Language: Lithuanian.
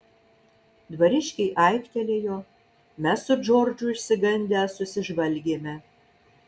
dvariškiai aiktelėjo mes su džordžu išsigandę susižvalgėme